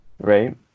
right